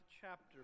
chapter